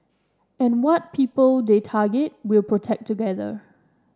and what people they target we'll protect together